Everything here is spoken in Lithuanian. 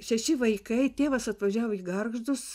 šeši vaikai tėvas atvažiavo į gargždus